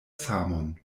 samon